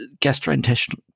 gastrointestinal